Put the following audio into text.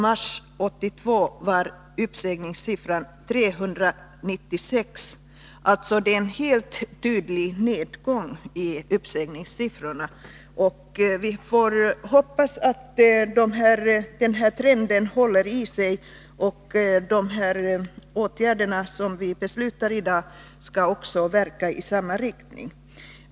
Det är alltså en helt tydlig nedgång i uppsägningssiffrorna. Vi får hoppas att den trenden håller i sig. De åtgärder som vi beslutar i dag skall också verka i den riktningen.